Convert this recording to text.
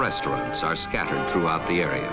restaurants are scattered throughout the area